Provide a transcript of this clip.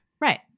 right